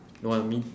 no I mean